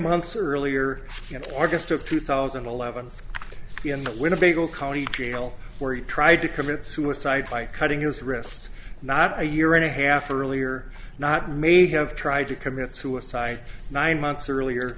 months earlier artist of two thousand and eleven in the winnebago county jail where he tried to commit suicide by cutting his wrists not a year and a half earlier not may have tried to commit suicide nine months earlier